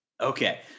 Okay